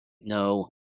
No